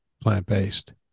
plant-based